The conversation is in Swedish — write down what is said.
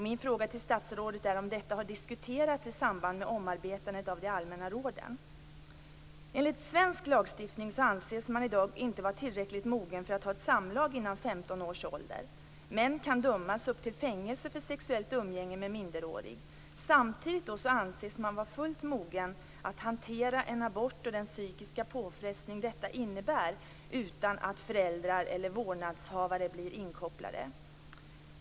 Min fråga till statsrådet är om detta har diskuterats i samband med omarbetandet av de allmänna råden. Enligt svensk lagstiftning anses man i dag inte vara tillräckligt mogen för att ha samlag före 15 års ålder. Män kan dömas upp till fängelse för sexuellt umgänge med minderårig. Samtidigt anses man vara fullt mogen att hantera en abort och den psykiska påfrestning detta innebär utan att föräldrar eller vårdnadshavare blir inkopplade.